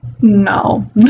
No